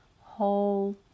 hold